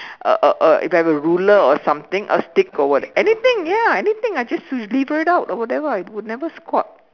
uh uh uh if I have a ruler or something a stick or what anything ya anything I just would lever it out or whatever I would never squat